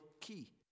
key